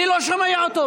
אני לא שומע אותך.